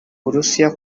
burusiya